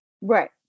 Right